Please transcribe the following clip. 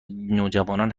نوجوانان